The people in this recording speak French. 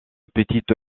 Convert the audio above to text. petite